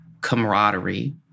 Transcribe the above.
camaraderie